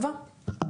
טובה?